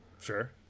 Sure